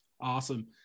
Awesome